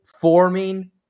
forming